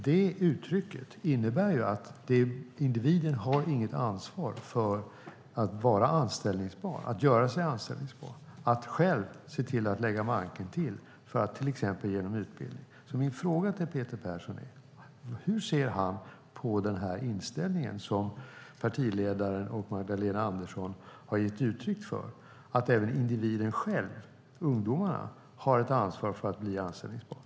Det uttrycket innebär ju att individen inte har något ansvar för att göra sig anställbar och att själv lägga manken till, till exempel genom utbildning. Min fråga till Peter Persson är: Hur ser du på den här inställningen som partiledaren och Magdalena Andersson har gett uttryck för om att även individen själv, ungdomarna, har ett ansvar för att bli anställbar?